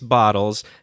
bottles